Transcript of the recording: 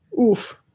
Oof